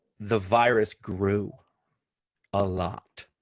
the virus grew a lot